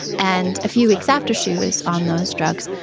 and a few weeks after she was on those drugs,